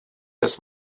des